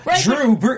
Drew